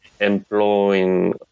employing